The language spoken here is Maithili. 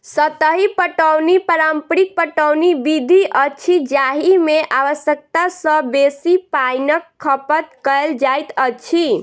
सतही पटौनी पारंपरिक पटौनी विधि अछि जाहि मे आवश्यकता सॅ बेसी पाइनक खपत कयल जाइत अछि